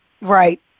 Right